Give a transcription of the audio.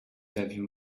avions